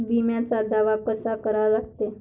बिम्याचा दावा कसा करा लागते?